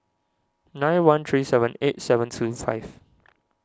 nine one three seven eight seven two five